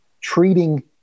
treating